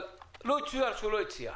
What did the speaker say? אבל לו יצויר שהוא לא הציע?